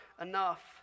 enough